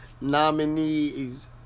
nominees